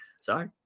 sorry